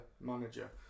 manager